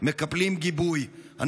שמקבלים גיבוי בבית זה.